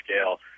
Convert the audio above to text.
scale